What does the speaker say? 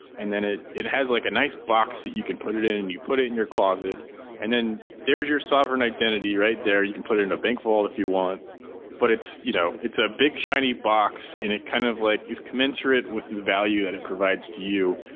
and then it it has like a nice box that you can put it in and you put it in your closet and then there's your sovereign identity right there. you can put it in a bank vault if you want but it's you know it's a big shiny box and it kind of like is commensurate with the value that it provides to you.